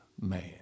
man